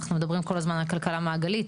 אנחנו מדברים כל הזמן על כלכלה מעגלית